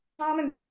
common